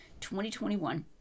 2021